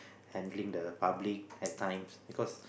handling the public at times because